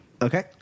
Okay